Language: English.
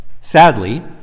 Sadly